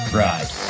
ride